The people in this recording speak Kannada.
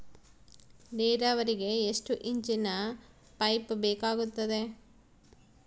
ನೇರಾವರಿಗೆ ಎಷ್ಟು ಇಂಚಿನ ಪೈಪ್ ಬೇಕಾಗುತ್ತದೆ?